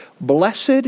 Blessed